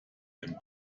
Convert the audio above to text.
den